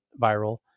viral